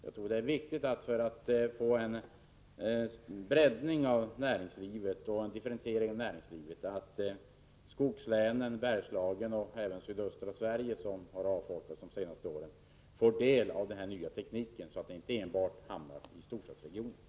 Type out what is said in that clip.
Jag tror det är viktigt för att få en breddning och differentiering av näringslivet att skogslänen, Bergslagen och även sydöstra Sverige, som har avfolkats de senaste åren, får del av denna nya teknik, så att den inte enbart hamnar i storstadsregionerna.